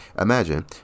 imagine